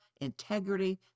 integrity